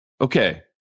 okay